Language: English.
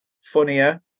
funnier